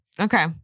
okay